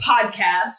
podcast